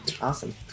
awesome